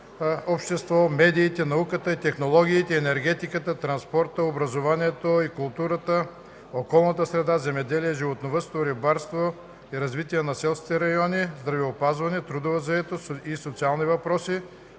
общество, медиите, науката и технологиите, енергетиката, транспорта, образованието и културата, околната среда, земеделието, животновъдството, рибарството и развитието на селските райони, здравеопазването, трудовата заетост и социалните въпроси,